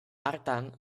hartan